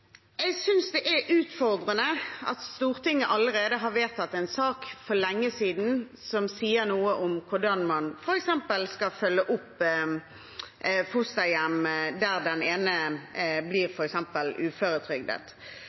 Jeg synes det er utfordrende at Stortinget allerede har vedtatt en sak for lenge siden som sier noe om hvordan man skal følge opp fosterhjem der den ene f.eks. blir uføretrygdet.